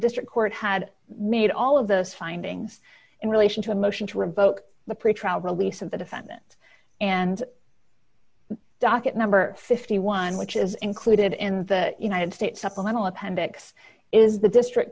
district court had made all of those findings in relation to a motion to revoke the pretrial release of the defendant and docket number fifty one dollars which is included in the united states supplemental appendix is the district